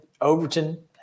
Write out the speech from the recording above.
Overton –